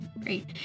Great